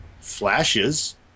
flashes